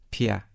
Pia